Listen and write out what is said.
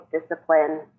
discipline